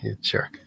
Sure